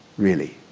really?